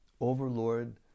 overlord